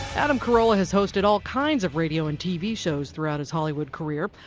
adam carolla has hosted all kinds of radio and tv shows throughout his hollywood career.